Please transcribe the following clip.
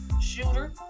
shooter